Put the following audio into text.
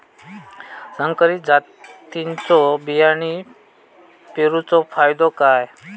संकरित जातींच्यो बियाणी पेरूचो फायदो काय?